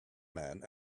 man